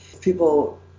people